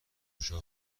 گشا